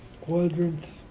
Quadrants